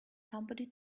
somebody